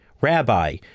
Rabbi